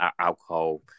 alcohol